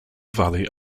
valley